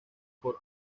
por